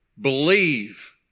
believe